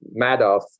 Madoff